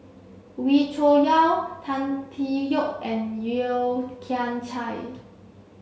Wee Cho Yaw Tan Tee Yoke and Yeo Kian Chye